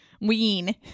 Ween